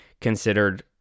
considered